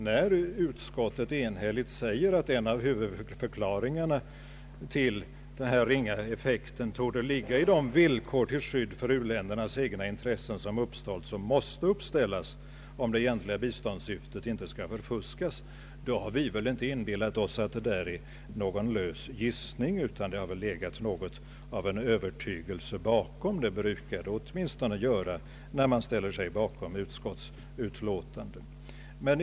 När utskottet enhälligt säger att en av huvudförklaringarna till den ringa effekten torde ligga i de villkor till skydd för u-ländernas egna intressen som har uppställts och som måste uppställas om det egentliga biståndssyftet inte skall förfuskas, har vi inte inbillat oss att det är fråga om någon lös gissning, utan det har väl legat något av en övertygelse bakom. Det brukar det åtminstone göra, när man ställer sig bakom ett utskottsutlåtande.